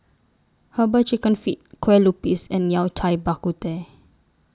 Herbal Chicken Feet Kueh Lupis and Yao Cai Bak Kut Teh